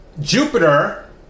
Jupiter